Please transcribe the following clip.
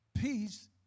peace